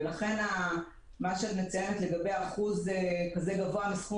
ולכן מה שאת מציינת לגבי האחוז הגבוה מסכום